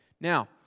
Now